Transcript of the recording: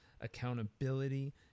accountability